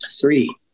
three